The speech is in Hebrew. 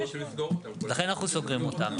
לכן אנחנו סוגרים אותן.